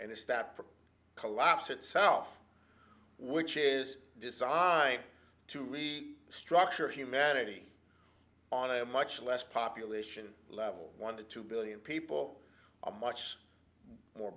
and it's that collapse itself which is designed to really structure humanity on a much less population level one to two billion people a much more